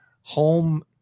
home